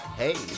hey